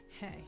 hey